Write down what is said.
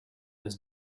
was